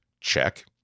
Check